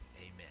Amen